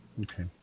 Okay